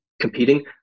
competing